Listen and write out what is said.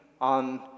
on